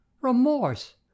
Remorse